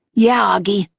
yeah, auggie,